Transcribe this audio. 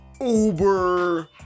Uber